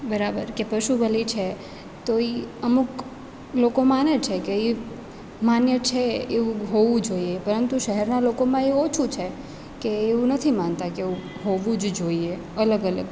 બરાબર કે પશુ બલિ છે તો એ અમુક લોકો માને છે કે માન્ય છે કે એવું હોવું જોઈએ પરંતુ શહેરનાં લોકોમાં એ ઓછું છે કે એવું નથી માનતા કે એવું હોવું જ જોઈએ અલગ અલગ